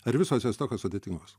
ar visos jos tokios sudėtingos